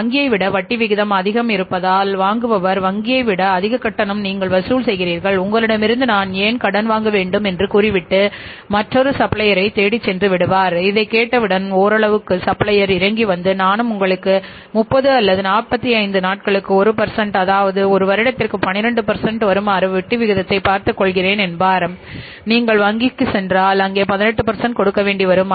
வங்கியை விட வட்டி விகிதம் அதிகம் இருந்தால் வாங்குபவர் வங்கியை விட அதிக கட்டணம் நீங்கள் வசூல் செய்கிறீர்கள் உங்களிடமிருந்து ஏன் நான் கடன் வாங்க வேண்டும் என்று கூறி விட்டு மற்றொரு சப்ளையர் இறங்கி வந்து நானும் உங்களுக்கு 30 அல்லது 45 நாட்களுக்கு 1அதாவது ஒரு வருடத்திற்கு 12 வருமாறு வட்டிவிகிதத்தை பார்த்துக்கொள்கிறேன் என்பார் நீங்கள் வங்கிக்கு சென்றால் அங்கே 18 கொடுக்க வேண்டி வரும்